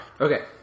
Okay